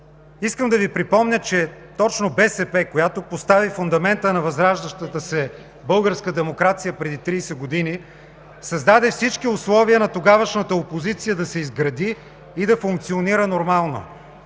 Искам да Ви припомня, че точно БСП, която постави фундамента на възраждащата се българска демокрация преди 30 години, създаде всички условия на тогавашната опозиция да се изгради и да функционира нормално,